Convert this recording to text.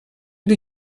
bir